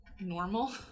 normal